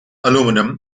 aluminum